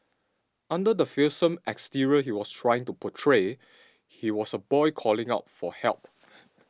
under the fearsome exterior he was trying to portray he was a boy calling out for help